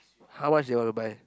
how much they want to buy